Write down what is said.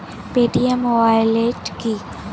Paytm wallet কি?